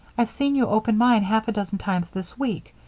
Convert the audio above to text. i've seen you open mine half a dozen times this week.